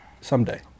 Someday